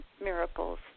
miracles